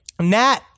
Nat